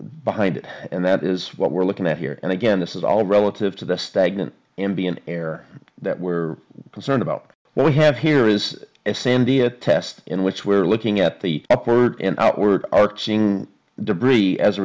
behind it and that is what we're looking at here and again this is all relative to the stagnant ambient air that we're concerned about what we have here is a sandia test in which we're looking at the upward and outward arc seeing debris as a